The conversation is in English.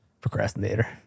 Procrastinator